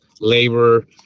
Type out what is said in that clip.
labor